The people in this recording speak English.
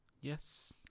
Yes